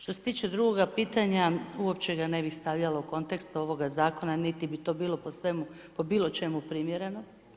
Što se tiče drugoga pitanja , uopće ga ne bih stavljala u kontekst ovoga zakona, niti bi to bilo po bilo čemu primjereno.